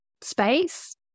space